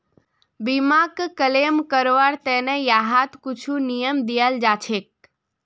बीमाक क्लेम करवार त न यहात कुछु नियम दियाल जा छेक